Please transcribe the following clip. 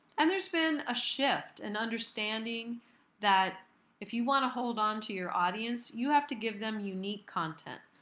and there's been a shift in understanding that if you want to hold onto your audience, you have to give them unique content.